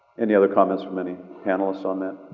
any other comments from any panelists on that?